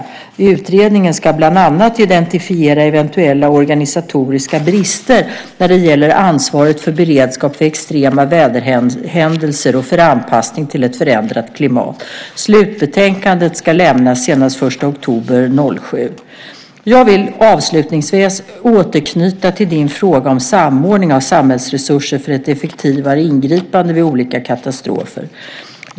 Utredningen ska bland annat identifiera eventuella organisatoriska brister när det gäller ansvaret för beredskap vid extrema väderhändelser och för anpassning till ett förändrat klimat. Slutbetänkandet ska lämnas senast den 1 oktober 2007. Jag vill avslutningsvis återknyta till din fråga om samordning av samhällsresurser för ett effektivare ingripande vid olika katastrofer.